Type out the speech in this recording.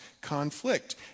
conflict